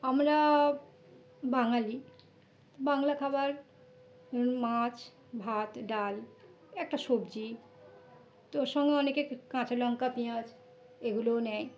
আমরা বাঙালি বাংলা খাবার মাছ ভাত ডাল একটা সবজি তো ওর সঙ্গে অনেকে কাঁচা লঙ্কা পেঁয়াজ এগুলোও নেয়